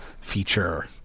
feature